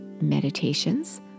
meditations